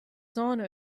sauna